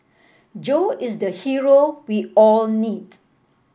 Joe is the hero we all need